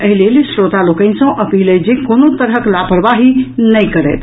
एहि लेल श्रोता लोकनि सँ अपील अछि जे कोनो तरहक लापरवाही नहि करथि